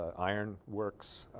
ah iron works